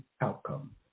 outcome